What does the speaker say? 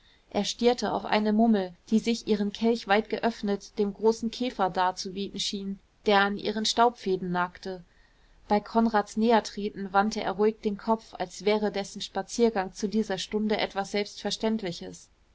er stierte auf eine mummel die sich ihren kelch weit geöffnet dem großen käfer darzubieten schien der an ihren staubfäden nagte bei konrads nähertreten wandte er ruhig den kopf als wäre dessen spaziergang zu dieser stunde etwas selbstverständliches